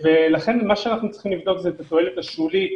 לכן מה שאנחנו צריכים לבדוק הוא את התועלת השולית